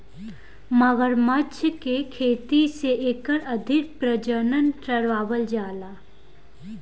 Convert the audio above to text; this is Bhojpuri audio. मगरमच्छ के खेती से एकर अधिक प्रजनन करावल जाला